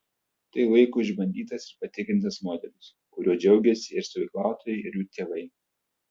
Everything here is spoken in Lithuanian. tai laiko išbandytas ir patikrintas modelis kuriuo džiaugiasi ir stovyklautojai ir jų tėvai